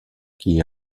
qui